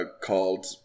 called